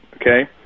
okay